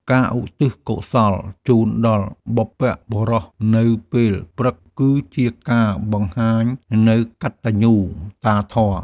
ការឧទ្ទិសកុសលជូនដល់បុព្វបុរសនៅពេលព្រឹក គឺជាការបង្ហាញនូវកតញ្ញូតាធម៌។